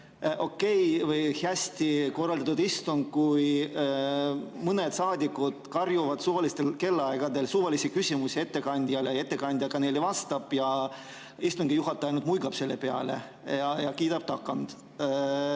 okei või hästi korraldatud istung, kui mõned saadikud karjuvad suvalistel aegadel suvalisi küsimusi ettekandjale, ettekandja vastab neile ja istungi juhataja ainult muigab selle peale ja kiidab tagant?